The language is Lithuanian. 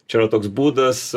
čia yra toks būdas